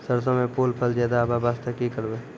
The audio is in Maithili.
सरसों म फूल फल ज्यादा आबै बास्ते कि करबै?